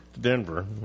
Denver